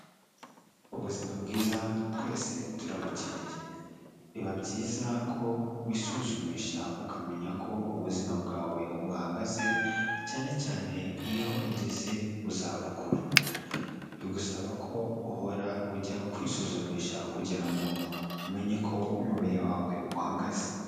Ubuzima bwiza twese turabukeneye, biba byiza ko wisuzumisha ukamenya uko ubuzima bwawe buhagaze, cyane cyane iyo ugeze mu zabukuru, bigusaba ko uhora ujya kwisuzumisha kugira ngo umenye uko umubiri wawe uhagaze.